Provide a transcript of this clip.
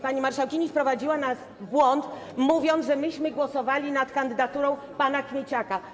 Pani marszałkini wprowadziła nas w błąd, mówiąc, że myśmy głosowali nad kandydaturą pana Kmieciaka.